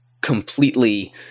completely